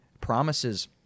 promises